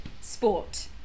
sport